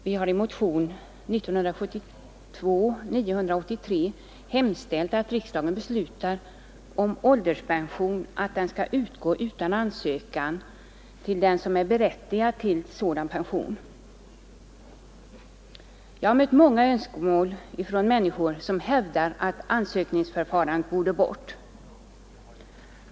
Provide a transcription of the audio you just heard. Herr talman! I motionen 983 har hemställts att ålderspension skall utgå utan ansökan till den som är berättigad till sådan pension. Jag har mött många önskemål från människor som hävdar att ansökningsförfarandet borde bort.